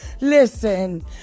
Listen